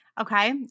Okay